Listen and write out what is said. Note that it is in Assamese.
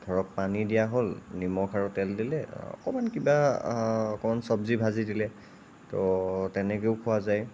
ধৰক পানী দিয়া হ'ল নিমখ আৰু তেল দিলে অকণমান কিবা অকমান চবজি ভাজি দিলে তো তেনেকেও খোৱা যায়